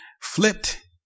flipped